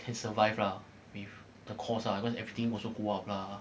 can survive lah with the cost lah cause everything also go up lah